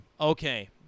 Okay